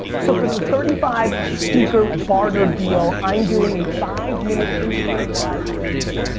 so for the thirty five sneaker boarder deal. i'm doing a five minute instagram live with you.